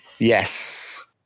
Yes